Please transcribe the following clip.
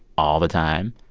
all the time?